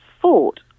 fought